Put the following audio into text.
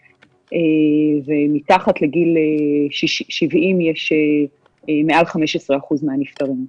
ומתחת לגיל 70 יש מעל 15% מהנפטרים.